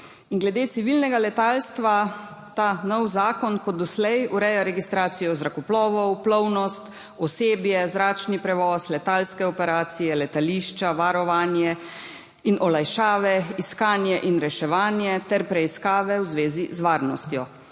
Glede civilnega letalstva ta novi zakon kot doslej ureja registracijo zrakoplovov, plovnost, osebje, zračni prevoz, letalske operacije, letališča, varovanje in olajšave, iskanje in reševanje ter preiskave v zvezi z varnostjo.